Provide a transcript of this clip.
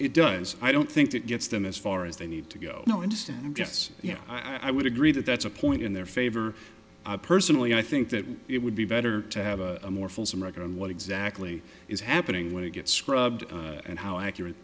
it does i don't think it gets them as far as they need to go no interest and yes yeah i would agree that that's a point in their favor i personally i think that it would be better to have a more fulsome record on what exactly is happening when it gets scrubbed and how accurate